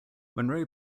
monroe